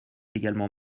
également